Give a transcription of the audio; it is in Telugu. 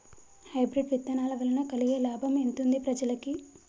హైబ్రిడ్ విత్తనాల వలన కలిగే లాభం ఎంతుంది ప్రజలకి?